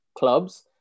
clubs